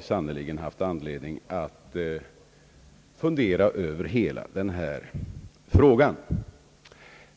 sannerligen redan förut haft anledning att fundera över hela detta problem.